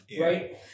right